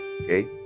Okay